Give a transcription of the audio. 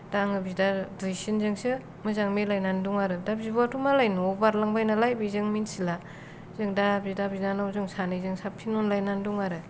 दा आङो बिदा दुइसिनजोंसो मोजां मेलायनानै दं आरो दा बिब'आथ' मालाय न' बारलांबाय नालाय बेजों मिन्थिला जों दा बिदा बिनानाव जों सानैजों साबसिन अनलायनानै दं आरो